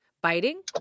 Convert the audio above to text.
Biting